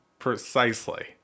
precisely